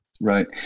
Right